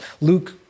Luke